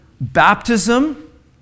baptism